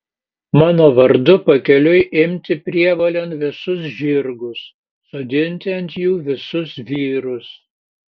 mano vardu pakeliui imti prievolėn visus žirgus sodinti ant jų visus vyrus